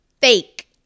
fake